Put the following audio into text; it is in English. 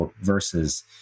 versus